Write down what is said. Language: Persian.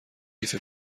کیف